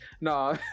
No